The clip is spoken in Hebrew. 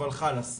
אבל חאלס,